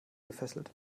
gefesselt